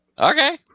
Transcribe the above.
Okay